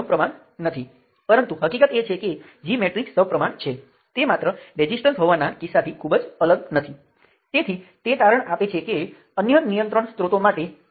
mesh એનાલિસિસમાં આપણે mesh કરંટનો ચલ તરીકે ઉપયોગ કરીશું અને તે ચલ માટે ઉકેલો તેમાંથી આપણે અન્ય તમામ કરંટ અને શાખાઓ મેળવી શકીએ છીએ